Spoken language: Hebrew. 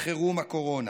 חירום הקורונה.